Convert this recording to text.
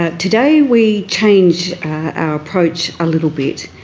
ah today we change our approach a little bit.